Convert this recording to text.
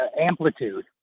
amplitude